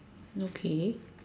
okay